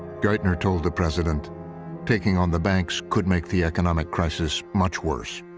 geithner told the president taking on the banks could make the economic crisis much worse.